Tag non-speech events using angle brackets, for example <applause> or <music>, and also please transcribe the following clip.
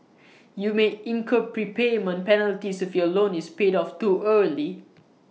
<noise> you may incur prepayment penalties if your loan is paid off too early